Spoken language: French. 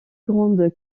grande